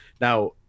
now